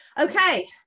okay